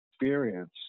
experience